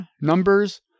Numbers